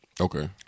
Okay